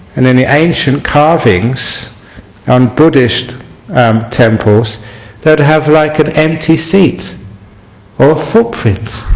and in the ancient carvings on buddhist um temples that have like an empty seat or footprint